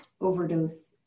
overdose